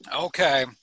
Okay